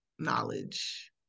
knowledge